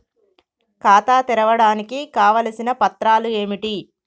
ఖాతా తెరవడానికి కావలసిన పత్రాలు ఏమిటి?